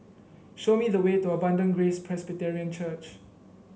show me the way to Abundant Grace Presbyterian Church